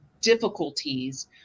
difficulties